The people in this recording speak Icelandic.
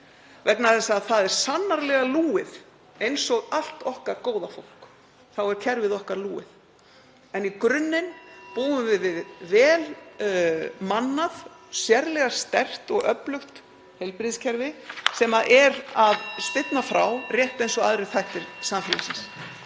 vegna þess að það er sannarlega lúið eins og allt okkar góða fólk, kerfið okkar er lúið. (Forseti hringir.) En í grunninn búum við vel mannað, sérlega sterkt og öflugt heilbrigðiskerfi sem er að spyrna frá, rétt eins og aðrir þættir samfélagsins.